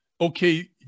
okay